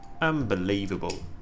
Unbelievable